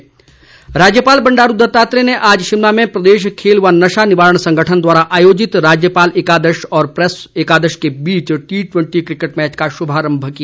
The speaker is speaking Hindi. राज्यपाल राज्यपाल बंडारू दत्तात्रेय ने आज शिमला में प्रदेश खेल व नशा निवारण संगठन द्वारा आयोजित राज्यपाल एकादश और प्रैस एकादश के मध्य टी ट्वैंटी क्रिकेट मैच का शुभारंभ किया